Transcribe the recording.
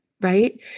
Right